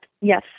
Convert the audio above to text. Yes